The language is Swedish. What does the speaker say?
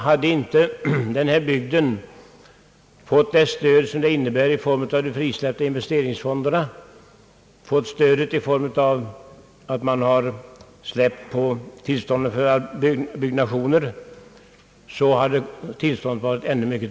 Hade inte denna bygd fått stöd i form av de frisläppta investeringsfonderna och i form av att man lättat på tillståndsgivningen för byggnationer, hade läget uppenbarligen varit ännu värre.